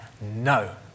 no